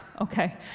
okay